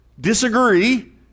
disagree